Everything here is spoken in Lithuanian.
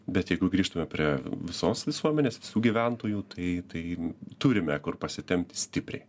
bet jeigu grįžtume prie visos visuomenės visų gyventojų tai turime kur pasitempti stipriai